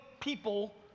people